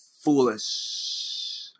foolish